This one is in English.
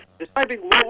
describing